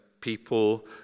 people